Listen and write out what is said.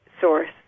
source